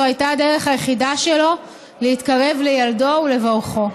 זו הייתה הדרך היחידה שלו להתקרב לילדו ולברכו.